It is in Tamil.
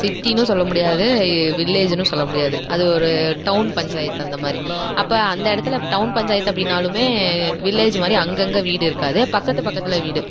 சிட்டின்னும் சொல்ல முடியாது வில்லேஜுன்னும் சொல்ல முடியாது அது ஒரு டவுன் பஞ்சாயத்து அந்த மாதிரி அப்போ அந்த இடத்துல டவுன் பஞ்சாயத்து அப்படின்னாலுமே வில்லேஜ் மாதிரி அங்கே அங்கே வீடு இருக்காது பக்கத்து பக்கத்தில் வீடு